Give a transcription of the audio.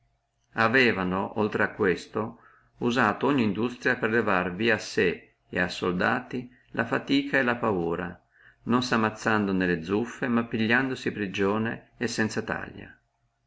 avevano oltre a questo usato ogni industria per levare a sé et a soldati la fatica e la paura non si ammazzando nelle zuffe ma pigliandosi prigioni e sanza taglia